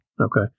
Okay